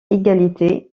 égalité